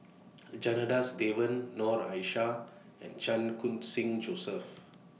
Janadas Devan Noor Aishah and Chan Khun Sing Joseph